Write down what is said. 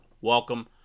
welcome